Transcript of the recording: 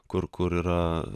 kur kur yra